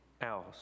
else